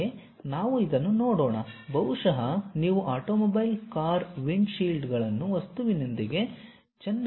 ಅಂತೆಯೇ ನಾವು ಇದನ್ನು ನೋಡೋಣ ಬಹುಶಃ ನೀವು ಆಟೋಮೊಬೈಲ್ ಕಾರ್ ವಿಂಡ್ ಷೀಲ್ಡ್ಗಳನ್ನು ವಸ್ತುವಿನೊಂದಿಗೆ ಚೆನ್ನಾಗಿ ಹೊಂದಿಸಬೇಕಾಗಬಹುದು